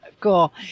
Cool